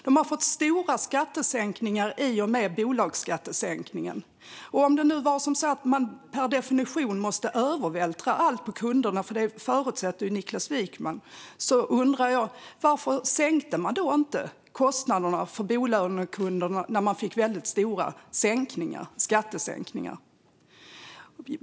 De har fått stora skattesänkningar i och med bolagsskattesänkningen. Om det nu var så att man per definition måste övervältra allt på kunderna, för det förutsätter ju Niklas Wykman, undrar jag: Varför sänkte man då inte kostnaderna för bolånekunderna när man fick så stora skattesänkningar?